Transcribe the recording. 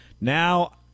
Now